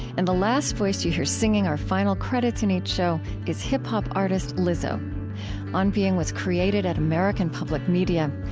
and the last voice you hear singing our final credits in each show is hip-hop artist lizzo on being was created at american public media.